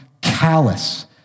callous